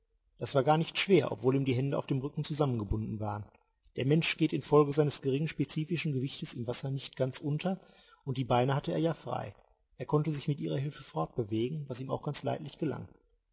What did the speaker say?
das war gar nicht schwer obwohl ihm die hände auf dem rücken zusammengebunden waren der mensch geht infolge seines geringen spezifischen gewichtes im wasser nicht ganz unter und die beine hatte er ja frei er konnte sich mit ihrer hilfe fortbewegen was ihm auch ganz leidlich gelang